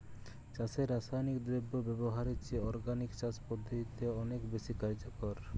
চাষে রাসায়নিক দ্রব্য ব্যবহারের চেয়ে অর্গানিক চাষ পদ্ধতি অনেক বেশি কার্যকর